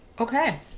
Okay